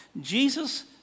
Jesus